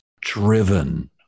driven